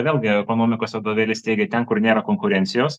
vėlgi ekonomikos vadovėlis teigė ten kur nėra konkurencijos